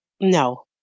No